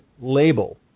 label